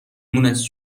مونس